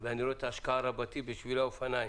ואני רואה את ההשקעה רבתי בשבילי האופניים.